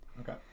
okay